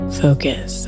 focus